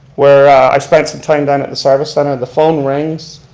where i spent some time down at the service centre the phone rings,